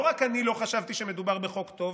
לא רק שאני לא חשבתי שמדובר בחוק טוב,